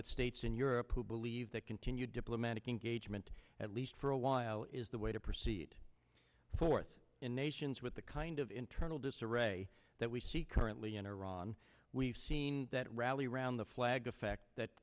with states in europe who believe that continued diplomatic engagement at least for a while is the way to proceed forth in nations with the kind of internal disarray that we see currently in iran we've seen that rally around the flag effect that